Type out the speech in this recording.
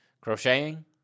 crocheting